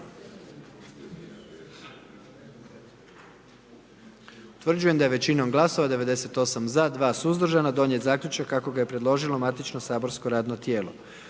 Utvrđujem da je većinom glasova 78 za i 1 suzdržan i 20 protiv donijet zaključak kako ga je predložilo matično saborsko radno tijelo.